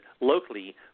locally